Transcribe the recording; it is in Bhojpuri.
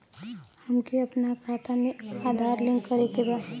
हमके अपना खाता में आधार लिंक करें के बा?